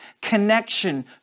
connection